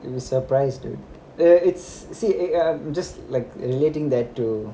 it surprised you there it's see it uh just like letting that too